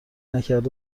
نکرد